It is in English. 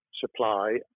supply